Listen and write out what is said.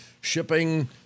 shipping